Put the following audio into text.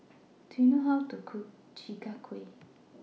Do YOU know How to Cook Chi Kak Kuih